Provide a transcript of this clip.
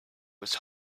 was